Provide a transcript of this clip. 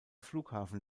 flughafen